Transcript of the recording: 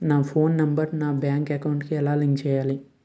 నా phone number నా bank account కి ఎలా లింక్ చేయాలి?